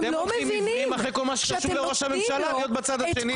אתם הולכים עיוורים אחרי כל מה שקשור לראש הממשלה להיות בצד השני,